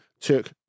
took